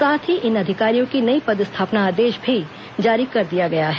साथ ही इन अधिकारियों की नई पदस्थापना आदेश भी जारी कर दी गई है